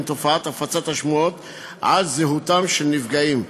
תופעת הפצת השמועות על זהותם של נפגעים,